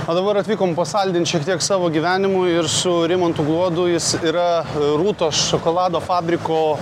o dabar atvykom pasaldint šiek tiek savo gyvenimų ir su rimantu gluodu jis yra rūtos šokolado fabriko